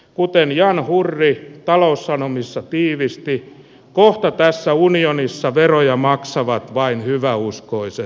kuten jan hurri taloussanomissa tiivistyy kohta perässä unionissa veroja maksavat vain hyväuskoisen